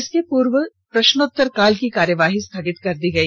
इसके पूर्व प्रश्नोत्तर काल की कार्यवाही स्थगित कर दी गई